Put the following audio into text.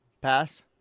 pass